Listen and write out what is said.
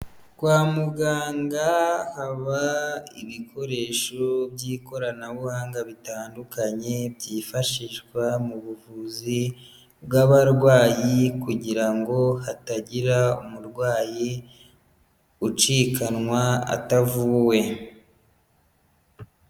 Kwa muganga haba ibikoresho by'ikoranabuhanga bitandukanye, byifashishwa mu buvuzi bw'abarwayi kugira ngo hatagira umurwayi ucikanwa atavuwe.